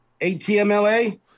ATMLA